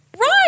Right